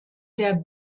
der